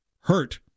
Hurt